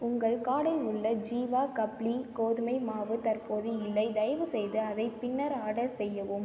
உங்கள் கார்டில் உள்ள ஜீவா கப்லி கோதுமை மாவு தற்போது இல்லை தயவுசெய்து அதை பின்னர் ஆர்டர் செய்யவும்